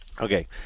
Okay